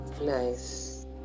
Nice